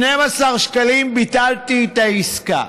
12 שקלים, ביטלתי את העסקה.